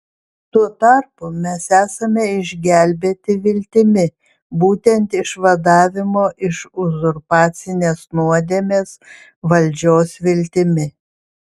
tuo tarpu mes esame išgelbėti viltimi būtent išvadavimo iš uzurpacinės nuodėmės valdžios viltimi